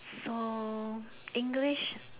so English